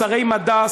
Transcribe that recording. שרי מדע,